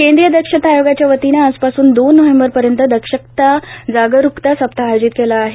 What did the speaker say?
केंद्रीय दक्षता आयोगाच्या वतीनं आजपासून दोन नोव्हेम्बरपर्यंत दक्षता जागरूकता सप्ताह आयोजित केला आहे